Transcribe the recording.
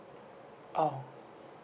oh